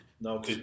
no